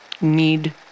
need